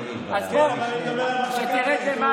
הזמן שלי צריך לחזור.